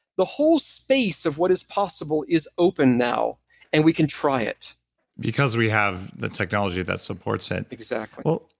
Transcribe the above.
the whole space of what is possible is open now and we can try it because we have the technology that supports it exactly well,